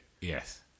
Yes